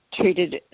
treated